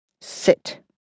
Sit